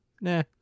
Nah